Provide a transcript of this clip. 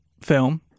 film